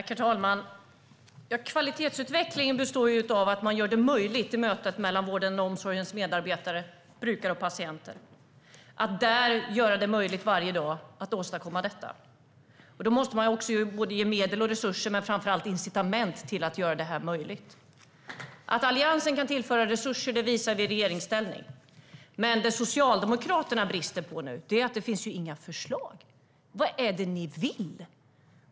Herr talman! Kvalitetsutvecklingen består av att man gör det möjligt i mötet mellan vårdens och omsorgens medarbetare, brukare och patienter, att där göra det möjligt varje dag att åstadkomma detta. Då måste man ge medel och resurser men framför allt incitament till att göra detta möjligt. Att Alliansen kan tillföra resurser visade vi i regeringsställning. Men det Socialdemokraterna brister i nu är att det inte finns några förslag. Vad är det ni vill?